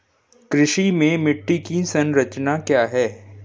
कृषि में मिट्टी की संरचना क्या है?